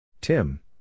Tim